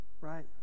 right